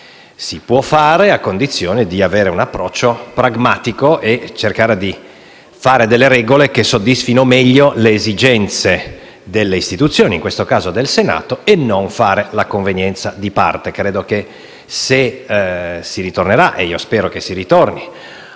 si può fare a condizione di avere un approccio pragmatico e cercare di fare delle regole che soddisfino meglio le esigenze delle istituzioni, in questo caso del Senato, e non fare la convenienza di parte. Credo che se in futuro si ritornerà - io spero di sì -